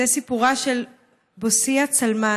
זהו סיפורה של בוסיה צלמן,